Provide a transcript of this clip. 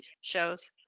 shows